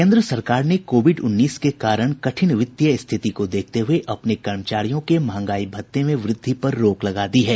केंद्र सरकार ने कोविड उन्नीस के कारण कठिन वित्तीय स्थिति को देखते हुए अपने कर्मचारियों के महंगाई भत्ते में वृद्धि पर रोक लगा दी है